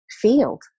field